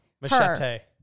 machete